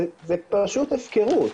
זאת פשוט הפקרות.